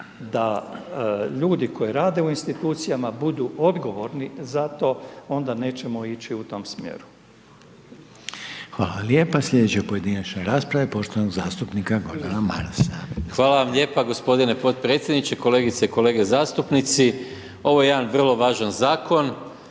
da ljudi koji rade u institucijama budu odgovorni za to, onda nećemo ići u tom smjeru. **Reiner, Željko (HDZ)** Hvala lijepa. Slijedeća pojedinačna rasprava je poštovanog zastupnika Gordana Marasa. **Maras, Gordan (SDP)** Hvala vam lijepa g. potpredsjedniče. Kolegice i kolege zastupnici, ovo je jedan vrlo važan zakon